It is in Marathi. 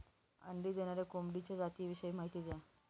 अंडी देणाऱ्या कोंबडीच्या जातिविषयी माहिती द्या